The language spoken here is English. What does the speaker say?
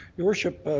your worship,